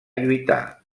lluitar